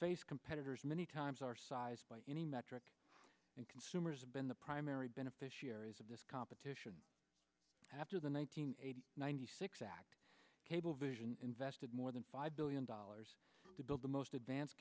face competitors many times our size by any metric and consumers have been the primary beneficiaries of this competition after the one thousand nine hundred ninety six act cablevision invested more than five billion dollars to build the most advanced